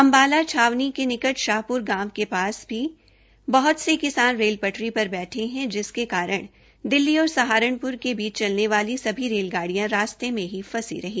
अम्बाला छावनी के निकट शाहप्र गांव के पास बहत से किसान रेल पटरी पर बैठे है जिसके कारण दिल्ली और सहारनप्र के बीच चलने वाली सभी रेलगाडियां रास्ते मे ही फंसी रही